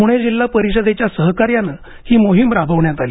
प्णे जिल्हा परिषदेच्या सहकार्याने ही मोहीम राबवण्यात आली